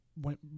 went